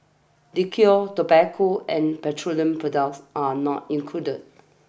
liquor tobacco and petroleum products are not included